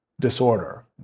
disorder